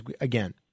again